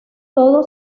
todo